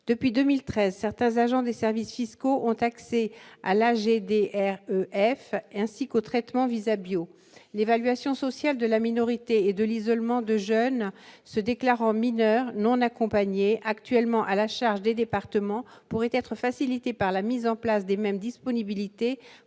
depuis 2013, certains agents des services fiscaux ont accès à la GDR F. ainsi qu'au traitement VISA bio l'évaluation sociale de la minorité et de l'isolement de jeunes se déclarant mineurs non accompagnés, actuellement à la charge des départements pourrait être facilitée par la mise en place des mêmes disponibilités